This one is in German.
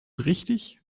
richtig